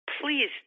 please